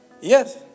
Yes